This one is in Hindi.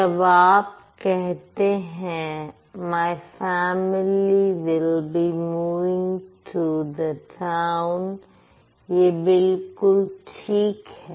जब आप कहते हैं my family will be moving to the town यह बिल्कुल ठीक है